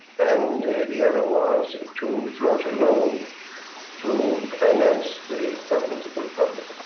and the other was to float a loan to finance the government of the republic.